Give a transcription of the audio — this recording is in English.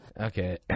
Okay